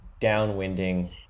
downwinding